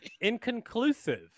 inconclusive